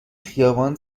خیابان